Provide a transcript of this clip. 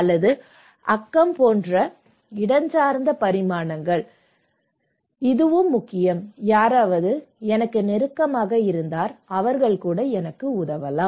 அல்லது அக்கம் போன்ற இடஞ்சார்ந்த பரிமாணங்கள் இதுவும் முக்கியம் யாராவது எனக்கு நெருக்கமாக இருந்தால் அவர்கள் உதவலாம்